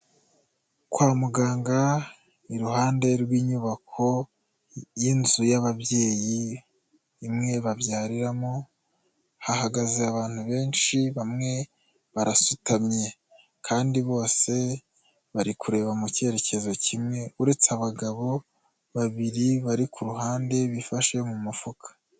Kwa muganga iruhande rw'inyubako y'inzu y'ababyeyi, imwe babyariramo, hahagaze abantu benshi, bamwe barasutamye kandi bose bari kureba mu cyerekezo kimwe, uretse abagabo babiri bari ku ruhande bifashe mu mufuka.